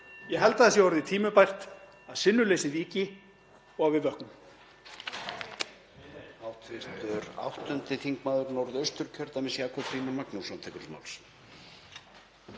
Ég held að það sé orðið tímabært að sinnuleysið víki og að við vöknum.